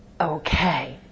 okay